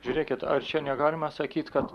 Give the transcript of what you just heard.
žiūrėkit ar čia negalima sakyt kad